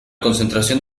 concentración